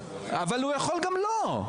אבל הוא יכול גם לא,